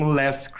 less